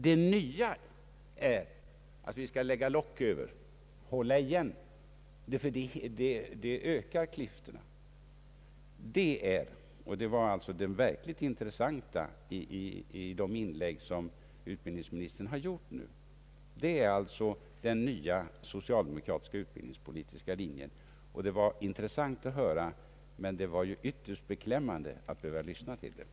Det nya är att vi skall hålla igen de bättre presterande, ty annars ökar klyftorna. Det verkligt intressanta i de inlägg som utbildningsministern har gjort nu är att detta alltså är den nya socialdemokratiska utbildningspolitiska linjen. Det var intressant att höra men ytterst beklämmande att behöva konstatera.